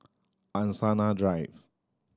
Angsana Drive